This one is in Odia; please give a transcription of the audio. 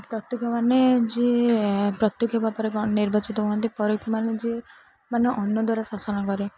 ପ୍ରତ୍ୟେକ୍ଷ ମାନେ ଯିଏ ପ୍ରତ୍ୟେକ୍ଷ ଭାବରେ ନିର୍ବାଚିତ ହୁଅନ୍ତି ପରୋକ୍ଷ ମାନେ ଯିଏ ମାନେ ଅନ୍ୟ ଦ୍ୱାରା ଶାସନ କରେ